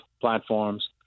platforms